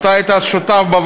הוא פה.